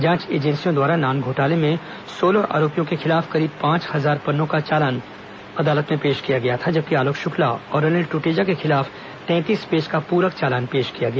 जांच एजेंसियों द्वारा नान घोटाले में सोलह आरोपियों के खिलाफ करीब पांच हजार पन्नों का चालान अदालत में पेश किया गया था जबकि आलोक शुक्ला और अनिल टूटेजा के खिलाफ तैंतीस पेज का पूरक चालान पेश किया गया